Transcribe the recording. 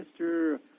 Mr